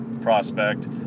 prospect